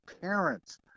parents